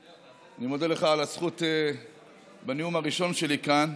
אני מודה לך על הזכות בנאום הראשון שלי כאן.